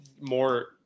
more